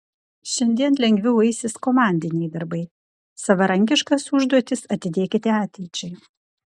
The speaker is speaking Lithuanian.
šiandien lengviau eisis komandiniai darbai savarankiškas užduotis atidėkite ateičiai